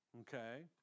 Okay